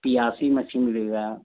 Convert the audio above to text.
पियासी मछली मिलेगा